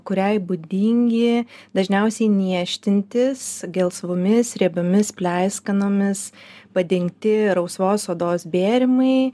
kuriai būdingi dažniausiai niežtintis gelsvomis riebiomis pleiskanomis padengti rausvos odos bėrimai